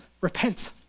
Repent